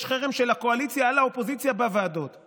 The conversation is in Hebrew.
יש חרם של הקואליציה על האופוזיציה בוועדות.